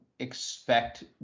expect